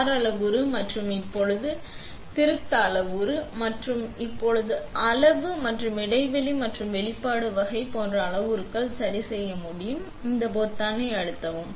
பார் அளவுரு மற்றும் இப்போது திருத்த அளவுரு மற்றும் இப்போது அளவு மற்றும் இடைவெளி மற்றும் வெளிப்பாடு வகை போன்ற அளவுருக்கள் சரிசெய்ய முடியும் இந்த பொத்தானை அழுத்தவும்